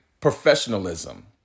professionalism